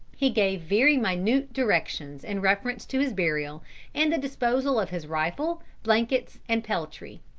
he gave very minute directions in reference to his burial and the disposal of his rifle, blankets, and peltry.